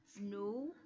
no